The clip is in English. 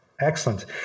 Excellent